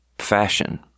fashion